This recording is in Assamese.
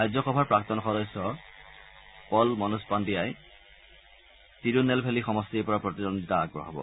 ৰাজ্যসভাৰ প্ৰাক্তন সদস্য পল মনোজ পাণ্ডিয়াই তিৰুনেলভেলি সমষ্টিৰ পৰা প্ৰতিদ্বন্দ্বিতা আগবঢ়াব